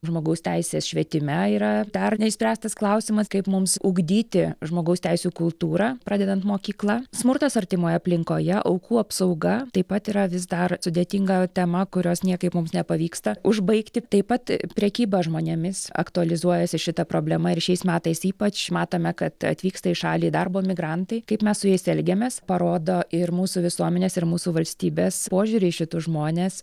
žmogaus teisės švietime yra dar neišspręstas klausimas kaip mums ugdyti žmogaus teisių kultūrą pradedant mokykla smurtas artimoje aplinkoje aukų apsauga taip pat yra vis dar sudėtinga tema kurios niekaip mums nepavyksta užbaigti taip pat prekyba žmonėmis aktualizuojasi šita problema ir šiais metais ypač matome kad atvyksta į šalį darbo migrantai kaip mes su jais elgiamės parodo ir mūsų visuomenės ir mūsų valstybės požiūrį į šitus žmones